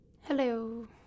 Hello